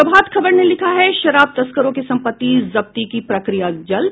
प्रभात खबर ने लिखा है शराब तस्करों की संपत्ति जब्ती की प्रक्रिया जल्द